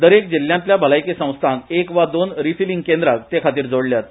दरेक जिल्हयातल्या भलायकी संस्थांक एक वा दोन रिफिलिंग केंद्राक ते खातीर जोडल्यात